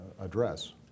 address